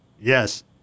Yes